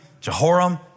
Jehoram